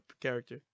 character